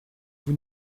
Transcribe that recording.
vous